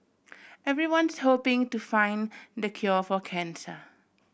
everyone's hoping to find the cure for cancer